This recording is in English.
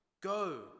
Go